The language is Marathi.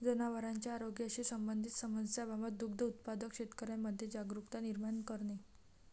जनावरांच्या आरोग्याशी संबंधित समस्यांबाबत दुग्ध उत्पादक शेतकऱ्यांमध्ये जागरुकता निर्माण करणे